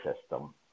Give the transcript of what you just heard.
system